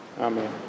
Amen